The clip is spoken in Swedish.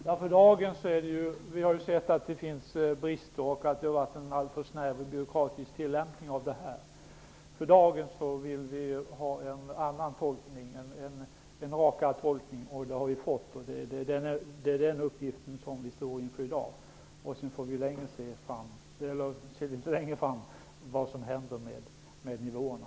Herr talman! Vi har sett att det förekommer brister och att tillämpningen har varit alltför snäv och byråkratisk. Vi vill för dagen göra en rakare tolkning, och vi har fått en sådan. Det är det läge som vi har i dag. Vi får längre fram se vad som händer med nivåerna.